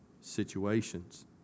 situations